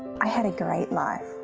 i had a great life.